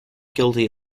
guilty